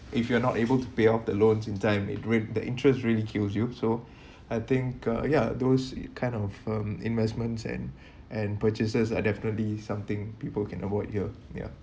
if you are not able to pay off the loans in time it rate the interest really kills you so I think uh ya those kind of uh investments and and purchases are definitely something people can avoid here ya